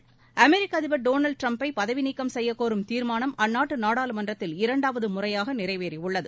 இருவரி செய்திகள் அமெிக்க அதிபர் டொனால்ட் ட்ரம்ப் ஐ பதவிநீக்கம் செய்யக் கோரும் தீர்மானம் அந்நாட்டு நாடாளுமன்றத்தில் இரண்டாவது முறையாக நிறைவேறியுள்ளது